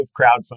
crowdfunding